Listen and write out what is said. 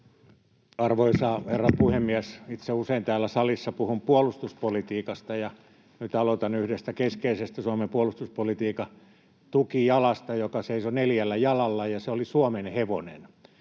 Arvoisa herra puhemies! Itse usein täällä salissa puhun puolustuspolitiikasta, ja nyt aloitan yhdestä keskeisestä Suomen puolustuspolitiikan tukijalasta, joka seisoi neljällä jalalla, ja se oli suomenhevonen.